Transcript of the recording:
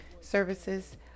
services